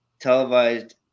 televised –